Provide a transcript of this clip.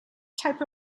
type